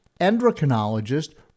endocrinologist